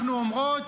אנחנו אומרות: